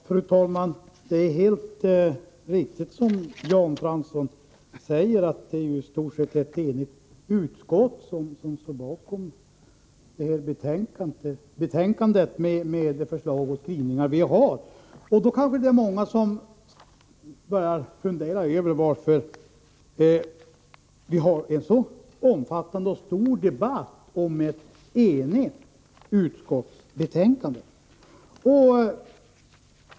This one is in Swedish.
Fru talman! Det är alldeles riktigt som Jan Fransson säger att det är ett i stort sett enigt utskott som står bakom det här betänkandet med de förslag och skrivningar vi har. Då kanske det är många som börjar fundera över varför vi har en så omfattande debatt om ett enhälligt betänkande.